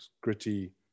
gritty